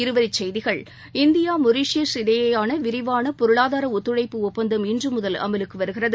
இருவரிச்செய்திகள் India Mauritius இடையிலான விரிவான பொருளாதார ஒத்துழைப்பு ஒப்பந்தம் இன்றுமுதல் அமலுக்கு வருகிறது